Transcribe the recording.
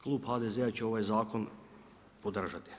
Klub HDZ-a će ovaj zakon podržati.